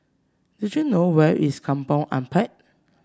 do you know where is Kampong Ampat